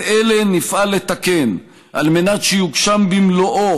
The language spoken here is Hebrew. את אלה נפעל לתקן על מנת שיוגשם במלואו